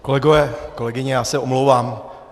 Kolegové, kolegyně, já se omlouvám.